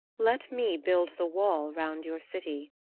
let me build the wall round your city.